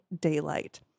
daylight